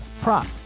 prop